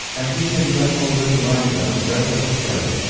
and he and gentle livy langdon read them together.